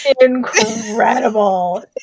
Incredible